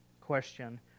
question